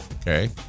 Okay